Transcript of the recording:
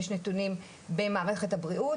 יש נתונים במערכת הבריאות,